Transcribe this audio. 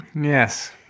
Yes